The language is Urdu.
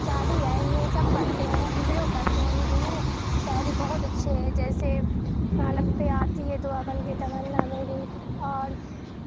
جاری ہے انہیں سب پڑھتے ہیں ہم بھی لوگ پڑھتے ہیں ان کے شاعری بہت اچھے ہے جیسے لب پہ آتی ہے دعا بن کے تمنا میری اور